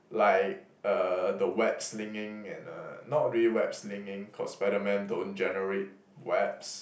like uh the web slinging and uh not really web slinging cause Spiderman don't generate webs